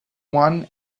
one